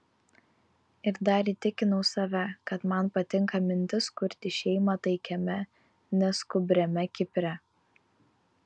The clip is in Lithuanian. ir dar įtikinau save kad man patinka mintis kurti šeimą taikiame neskubriame kipre